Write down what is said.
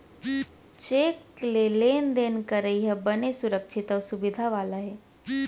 cheque ले लेन देन करई ह बने सुरक्छित अउ सुबिधा वाला हे